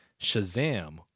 Shazam